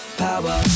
power